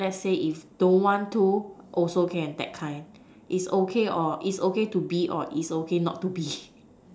let's say if don't want to also can that kind it's okay or it's okay to be or it's okay not to be